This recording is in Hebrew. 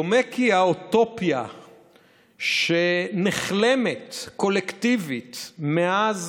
דומה כי האוטופיה שנחלמת קולקטיבית מאז